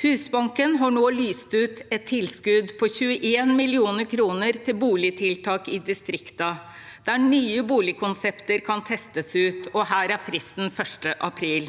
Husbanken har nå lyst ut et tilskudd på 21 mill. kr til boligtiltak i distriktene, der nye boligkonsepter kan testes ut. Her er fristen 1. april.